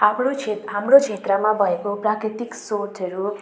हाम्रो छेत हाम्रो क्षेत्रमा भएको प्राकृतिक स्रोतहरू